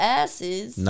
asses